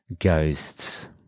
Ghosts